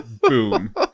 boom